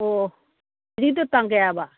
ꯑꯣ ꯍꯧꯖꯤꯛꯀꯤꯗꯨ ꯇꯥꯡ ꯀꯌꯥ ꯍꯥꯏꯕ